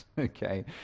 okay